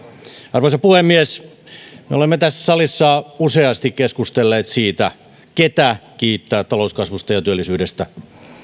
arvoisa puhemies me olemme tässä salissa useasti keskustelleet siitä ketä kiittää talouskasvusta ja työllisyydestä